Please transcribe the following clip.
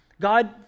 God